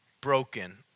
broken